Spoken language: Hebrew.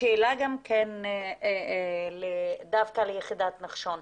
השאלה היא דווקא ליחידת נחשון.